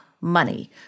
Money